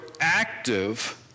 active